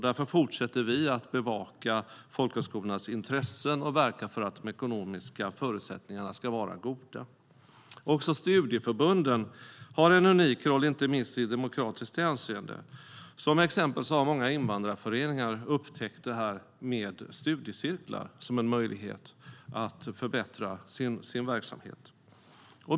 Därför fortsätter vi att bevaka folkhögskolornas intressen och verkar för att de ekonomiska förutsättningarna ska vara goda. Också studieförbunden har en unik roll, inte minst i demokratiskt hänseende. Till exempel har många invandrarföreningar upptäckt studiecirkeln som en möjlighet att förbättra sin verksamhet.